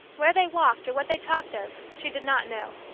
where they walked, or what they talked of, she did not know.